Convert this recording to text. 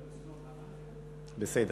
בסדר.